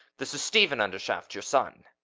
this is stephen undershaft, your son.